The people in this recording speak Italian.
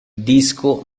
disco